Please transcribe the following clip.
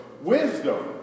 Wisdom